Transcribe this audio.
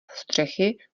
střechy